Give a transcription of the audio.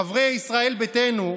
חברי ישראל ביתנו,